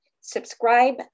subscribe